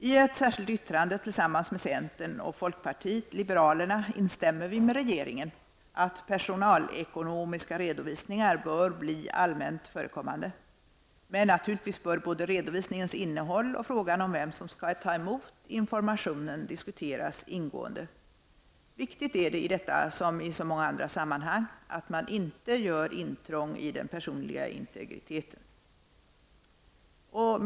I ett särskilt yttrande tillsammans med centern och folkpartiet liberalerna instämmer vi med regeringen om att personalekonomiska redovisningar bör bli allmänt förekommande, men naturligtvis bör både redovisningens innehåll och frågan om vem som skall ta emot informationen diskuteras ingående. Viktigt är det i detta som i så många andra sammanhang att man inte gör intrång i den personliga integriteten.